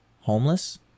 Homeless